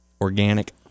organic